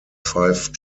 five